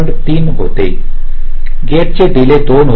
3 होते गेटचे डीले 2 होते